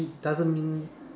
doesn't mean